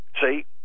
See